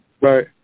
Right